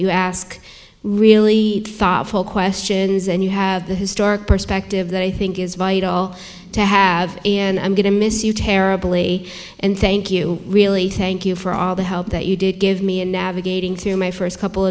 you ask really thoughtful questions and you have the historic perspective that i think is vital to have and i'm going to miss you terribly and thank you really thank you for all the help that you did give me and navigating through my first couple